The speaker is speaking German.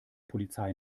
polizei